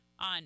on